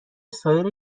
سایر